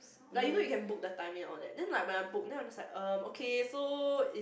like you know you can book the timing and all that then like when I book then I was just like um okay so is